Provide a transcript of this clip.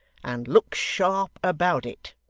and look sharp about it